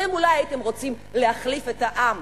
אולי הייתם רוצים להחליף את העם.